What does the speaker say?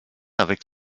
avec